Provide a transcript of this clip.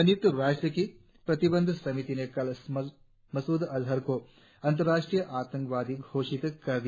संयुक्त राष्ट्र की प्रतिबंध समिति ने कल मसूद अजहर को अंतर्राष्ट्रीय आतंकवादी घोषित कर दिया